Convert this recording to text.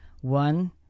One